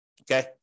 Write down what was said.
okay